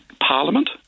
Parliament